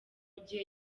gihe